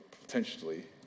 potentially